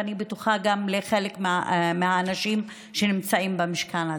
ואני בטוחה שגם לחלק מהאנשים שנמצאים במשכן הזה,